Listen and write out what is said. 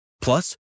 Plus